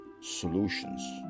solutions